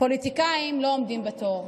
פוליטיקאים לא עומדים בתור."